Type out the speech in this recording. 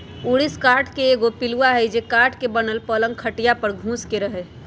ऊरिस काठ के एगो पिलुआ हई जे काठ के बनल पलंग खटिया पर घुस के रहहै